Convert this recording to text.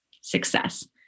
success